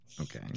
Okay